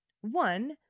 One